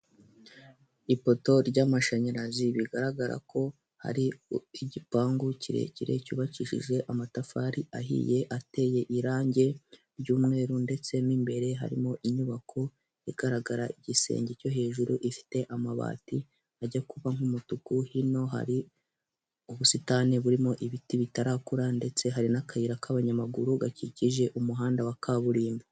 Ipoto ry'amashanyarazi bigaragara ko hari igipangu kirekire cyubakishije amatafari ahiye ateye irangi ry'umweru, ndetse n'imbere harimo inyubako igaragara igisenge cyo hejuru ifite amabati ajya kuba nk'umutuku hino hari ubusitani burimo ibiti bitarakura, ndetse hari n'akayira k'abanyamaguru gakikije umuhanda wa kaburimbo.